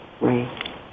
right